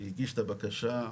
והגיש את הבקשה.